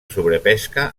sobrepesca